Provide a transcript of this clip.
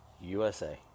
USA